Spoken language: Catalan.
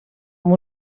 amb